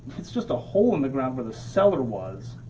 it's just a hole in the ground where the cellar was.